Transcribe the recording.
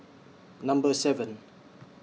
Number seven